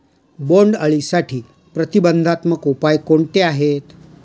बोंडअळीसाठी प्रतिबंधात्मक उपाय कोणते आहेत?